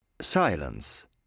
Silence